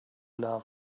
love